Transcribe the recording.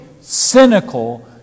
cynical